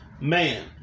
Man